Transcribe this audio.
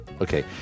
Okay